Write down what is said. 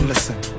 Listen